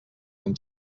amb